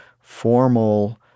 formal